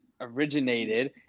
originated